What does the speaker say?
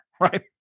Right